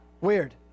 Weird